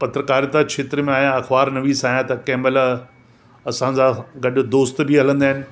पत्रकारिता क्षेत्र में आहियां अख़बार नवीस आहियां त कंहिं महिल असांजा गॾु दोस्त बि हलंदा आहिनि